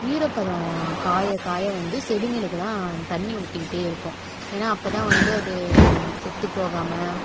ஈரப்பதம் காய காய வந்து செடிங்களுக்குலான் தண்ணி ஊற்றிக்கிட்டே இருப்போம் ஏன்னா அப்போதான் வந்து அது செத்துபோகாமல்